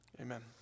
Amen